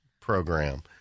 program